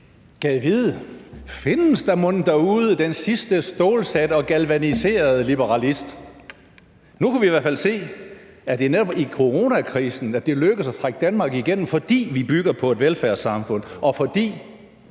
Gad vide: Findes der mon derude den sidste stålsatte og galvaniserede liberalist? Nu kan vi i hvert fald se, at det netop i coronakrisen lykkedes at trække Danmark igennem, fordi vi bygger på et velfærdssamfund, og fordi